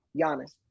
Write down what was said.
Giannis